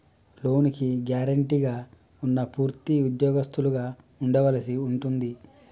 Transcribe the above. లోనుకి గ్యారెంటీగా ఉన్నా పూర్తి ఉద్యోగస్తులుగా ఉండవలసి ఉంటుంది